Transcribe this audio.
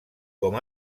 com